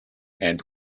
and